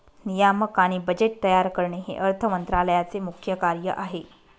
नियामक आणि बजेट तयार करणे हे अर्थ मंत्रालयाचे मुख्य कार्य आहे